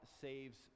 saves